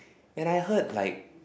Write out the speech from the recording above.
and I heard like